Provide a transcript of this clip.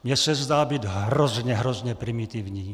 Mně se zdá být hrozně, hrozně primitivní.